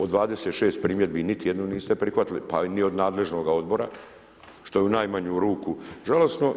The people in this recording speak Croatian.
Od 26 primjedbi niti jednu niste prihvatili, pa ni od nadležnoga odbora što je u najmanju ruku žalosno.